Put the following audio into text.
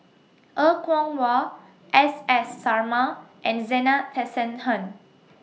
Er Kwong Wah S S Sarma and Zena Tessensohn